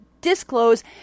disclose